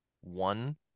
one